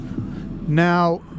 Now